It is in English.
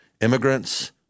Immigrants